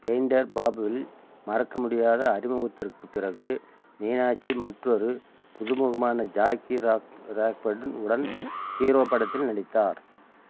painter பாபுவில் மறக்க முடியாத அறிமுகத்திற்குப் பிறகு மீனாட்சி மற்றொரு புதுமுகமான ஜாக்கிராப் ராப்பட் உடன் ஹீரோ படத்தில் நடித்தார்